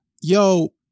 Yo